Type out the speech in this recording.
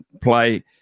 play